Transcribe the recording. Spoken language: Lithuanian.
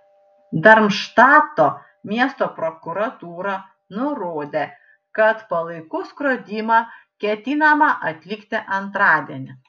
darmštato miesto prokuratūra nurodė kad palaikų skrodimą ketinama atlikti antradienį